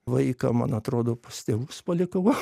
vaiką man atrodo pas tėvus palikau